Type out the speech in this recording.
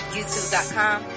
YouTube.com